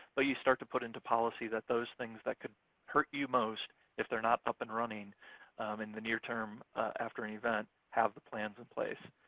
but you start to put into policy that those things that could hurt you most if they're not up and running in the near term after an event, have the plans in place.